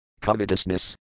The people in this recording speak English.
Covetousness